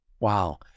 Wow